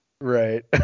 right